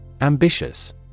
Ambitious